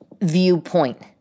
viewpoint